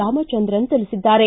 ರಾಮಚಂದ್ರನ್ ತಿಳಿಸಿದ್ದಾರೆ